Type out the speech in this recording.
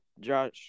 Josh